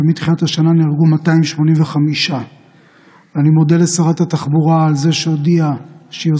ומתחילת השנה נהרגו 285. אני מודה לשרת התחבורה על זה שהודיעה שהיא